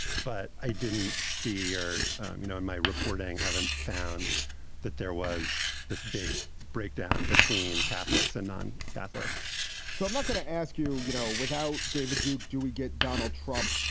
but i didn't see or, you know, in my reporting haven't found that there was this big breakdown between catholics and non catholics so i'm not going to ask you. you know, without david duke, do we get donald trump?